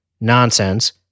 nonsense